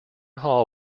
hall